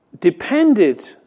depended